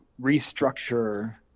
restructure